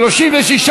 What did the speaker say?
סעיף 1 נתקבל.